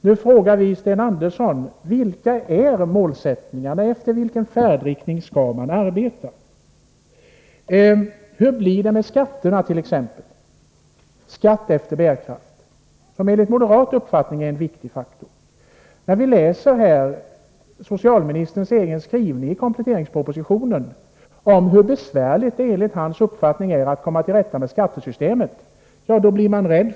Nu frågar vi Sten Andersson: Vilken är er målsättning, efter vilken färdriktning skall man arbeta? Hur blir det med skatterna, t.ex.? Skatt efter bärkraft är enligt moderat uppfattning en viktig faktor. När man läser socialministerns skrivning i kompletteringspropositionen om hur besvärligt det är att komma till rätta med skattesystemet, blir man rädd.